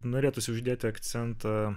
norėtųsi uždėti akcentą